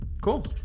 cool